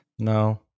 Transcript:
No